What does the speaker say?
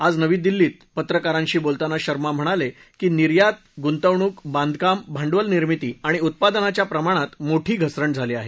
आज नवी दिल्लीत पत्रकारांशी बोलताना शर्मा म्हणाले की निर्यात गुंतवणूक बांधकाम भांडवल निर्मिती आणि उत्पादनाच्या प्रमाणात मोठी घसरण झाली आहे